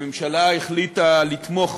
הממשלה החליטה לתמוך